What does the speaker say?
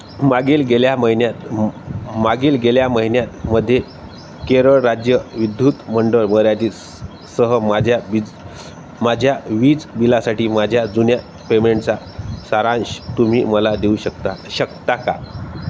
मागील गेल्या महिन्यात मागील गेल्या महिन्यामध्ये केरळ राज्य विद्युत मंडळ मर्यादित सह माझ्या वीज माझ्या वीज बिलासाठी माझ्या जुन्या पेमेंटचा सारांश तुम्ही मला देऊ शकता शकता का